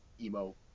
emo